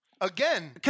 Again